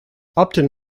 upton